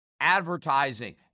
advertising